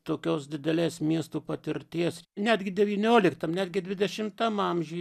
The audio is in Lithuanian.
tokios didelės miestų patirties netgi devynioliktam netgi dvidešimtam amžiuj